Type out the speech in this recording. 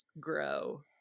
grow